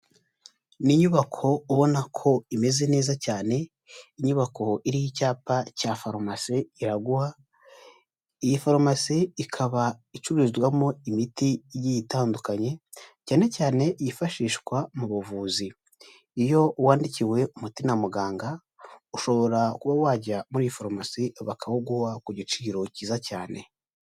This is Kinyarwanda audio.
Ni inyubako ubona ko imeze neza cyane, inyubako iriho icyapa cya farumasi Iraguha, iyi farumasi ikaba icururizwamo imiti igiye itandukanye cyane cyane yifashishwa mu buvuzi, iyo wandikiwe umuti na muganga ushobora kuba wajya muri farumasi bakawuguha ku giciro cyiza cyane.